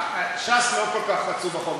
ש"ס לא כל כך רצו בחוק.